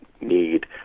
need